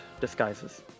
disguises